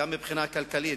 גם מבחינה כלכלית,